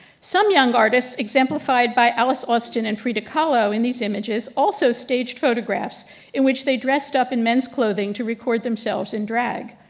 some young artists exemplified by alice austen and frida kahlo in these images, also staged photographs in which they dressed up in men's clothing to record themselves in drag.